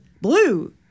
blue